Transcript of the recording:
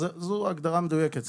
אז זו ההגדרה המדויקת,